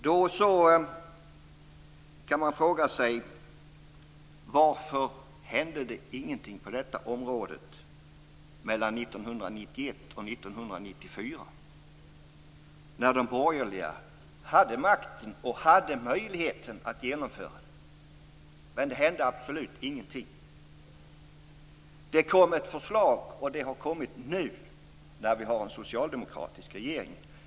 Då kan man fråga sig: Varför hände ingenting på det området mellan 1991 och 1994 när de borgerliga hade makten och hade möjligheten att genomföra detta? Men det hände absolut ingenting. Det har kommit ett förslag, och det har kommit nu när vi har en socialdemokratisk regering.